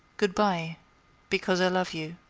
good-by because i love you.